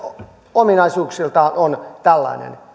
ominaisuuksiltaan on tällainen